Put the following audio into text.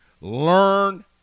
learn